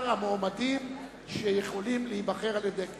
המועמדים שיכולים להיבחר על-ידי הכנסת.